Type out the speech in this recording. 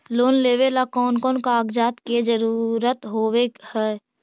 Loan लेबे ला कौन कौन कागजात के जरुरत होबे है?